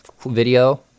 video